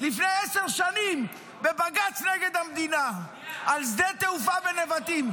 לפני עשר שנים בבג"ץ נגד המדינה על שדה תעופה בנבטים.